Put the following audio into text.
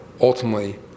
ultimately